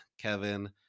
Kevin